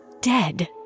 dead